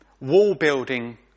wall-building